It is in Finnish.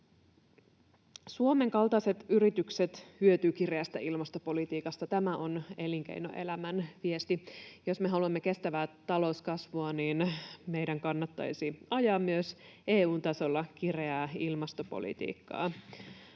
Suomalaisten kaltaiset yritykset hyötyvät kireästä ilmastopolitiikasta. Tämä on elinkeinoelämän viesti. Jos me haluamme kestävää talouskasvua, meidän kannattaisi ajaa myös EU:n tasolla kireää ilmastopolitiikkaa.